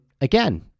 again